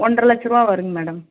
ஒன்றரை லட்சரூபா வருங்க மேடம்